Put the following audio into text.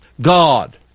God